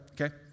okay